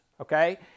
Okay